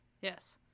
yes